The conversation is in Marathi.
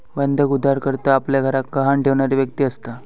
बंधक उधारकर्ता आपल्या घराक गहाण ठेवणारी व्यक्ती असता